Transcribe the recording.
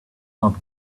not